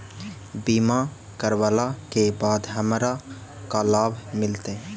बीमा करवला के बाद हमरा का लाभ मिलतै?